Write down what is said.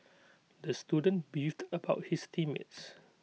the student beefed about his team mates